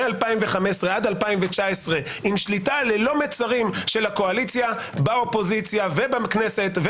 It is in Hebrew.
מ-2015 עד 2019 עם שליטה ללא מצרים של הקואליציה באופוזיציה ובכנסת,